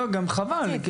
חבל,